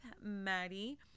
Maddie